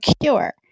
cure